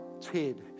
Ted